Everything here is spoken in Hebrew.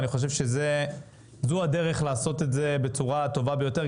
אני חושב שזו הדרך לעשות את זה בצורה הטובה ביותר.